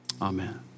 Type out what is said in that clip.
Amen